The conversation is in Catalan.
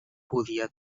podia